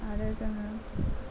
आरो जोङो